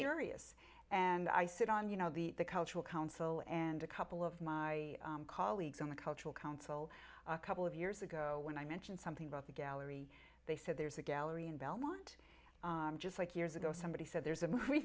is and i sit on you know the cultural council and a couple of my colleagues on the cultural council a couple of years ago when i mentioned something about the gallery they said there's a gallery in belmont just like years ago somebody said there's a